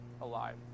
alive